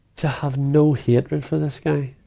to have no hatred for this guy,